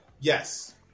yes